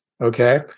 okay